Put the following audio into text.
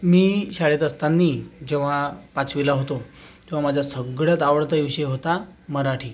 मी शाळेत असताना जेव्हा पाचवीला होतो तेव्हा माझा सगळ्यात आवडता विषय होता मराठी